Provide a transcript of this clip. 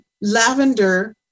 Lavender